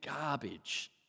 garbage